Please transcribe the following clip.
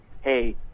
hey